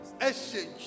exchange